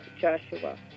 Joshua